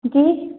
जी